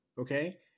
Okay